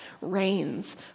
reigns